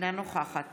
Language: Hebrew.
אינה נוכחת